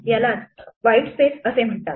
यालाच white space असे म्हणतात